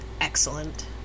excellent